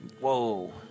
Whoa